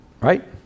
right